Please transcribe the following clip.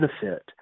benefit